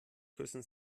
küssen